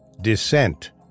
descent